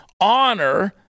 honor